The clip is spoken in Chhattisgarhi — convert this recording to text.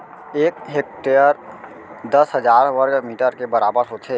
एक हेक्टर दस हजार वर्ग मीटर के बराबर होथे